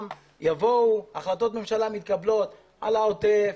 החלטות ממשלה מתקבלות על העוטף,